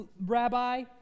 Rabbi